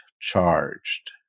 charged